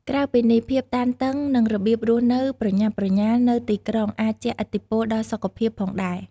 ក្រៅពីនេះ ភាពតានតឹង និងរបៀបរស់នៅប្រញាប់ប្រញាល់នៅទីក្រុងអាចជះឥទ្ធិពលដល់សុខភាពផងដែរ។